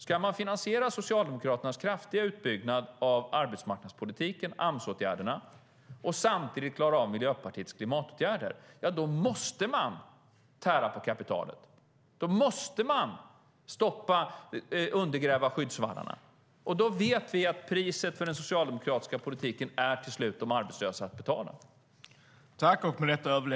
Ska man finansiera Socialdemokraternas kraftiga utbyggnad av arbetsmarknadspolitiken, AMS-åtgärderna, och samtidigt klara av Miljöpartiets klimatåtgärder, ja då måste man tära på kapitalet och undergräva skyddsvallarna. Då vet vi att priset för den socialdemokratiska politiken får till slut de arbetslösa betala. Härmed var överläggningen avslutad.